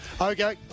Okay